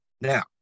Now